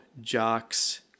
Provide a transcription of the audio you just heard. jocks